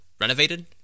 renovated